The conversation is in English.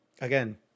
again